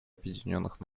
объединенных